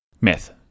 Myth